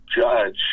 judge